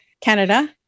Canada